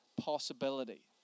possibility